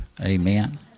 Amen